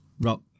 rock